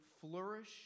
flourish